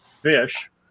fish